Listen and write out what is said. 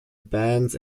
bands